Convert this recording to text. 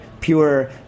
pure